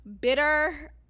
bitter